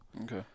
Okay